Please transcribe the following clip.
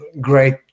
great